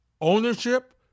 ownership